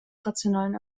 rationalen